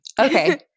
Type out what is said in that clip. Okay